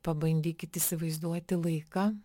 pabandykit įsivaizduoti laiką